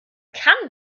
kann